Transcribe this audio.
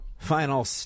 Final